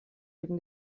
dem